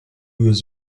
was